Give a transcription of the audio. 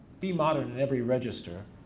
be modern in every register.